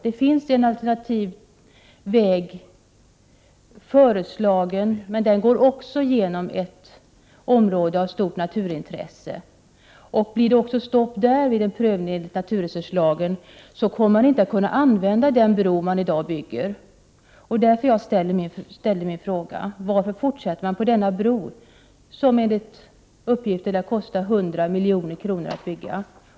Det finns en alternativ väg föreslagen, men den går också igenom ett område av stort naturintresse. Blir det stopp också där vid en prövning enligt naturresurslagen, kommer man inte att kunna använda den bro som i dag byggs. Det var därför jag ställde min fråga: Varför fortsätter man arbetena på denna bro, som enligt uppgift lär kosta 100 milj.kr. att bygga?